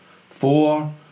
Four